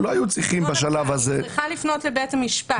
לא היו צריכים בשלב הזה --- היא צריכה לפנות לבית המשפט.